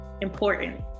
important